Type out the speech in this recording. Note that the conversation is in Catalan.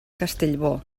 castellbò